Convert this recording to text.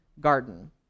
garden